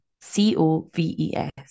C-O-V-E-S